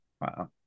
wow